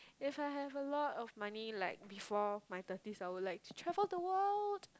if I have a lot of money like before my thirties I would like to travel the world